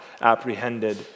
apprehended